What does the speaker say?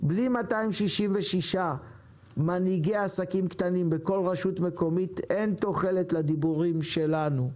בלי 266 מנהיגי עסקים קטנים בכל רשות מקומית אין תוחלת לדיבורים שלנו.